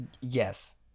yes